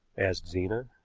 asked zena.